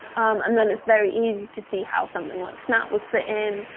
um and then, it's very easy to see how something like snap would fit in.